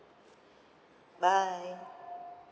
bye